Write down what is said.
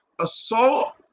assault